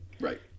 Right